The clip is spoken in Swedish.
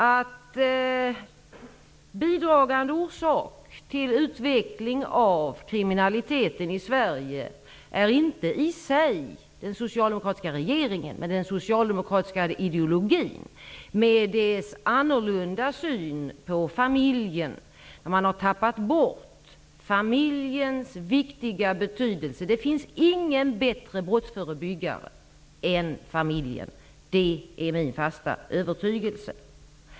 En bidragande orsak till utvecklingen av kriminaliteten i Sverige är inte i sig den socialdemokratiska regeringen utan den socialdemokratiska ideologin med dess annorlunda syn på familjen. Men har tappat bort familjens viktiga betydelse. Det finns ingen bättre brottsförebyggare än familjen. Det är min fasta övertygelse.